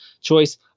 choice